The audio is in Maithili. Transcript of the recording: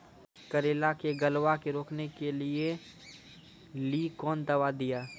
करेला के गलवा के रोकने के लिए ली कौन दवा दिया?